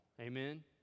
Amen